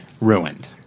ruined